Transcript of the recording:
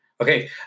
Okay